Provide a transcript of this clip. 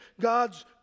God's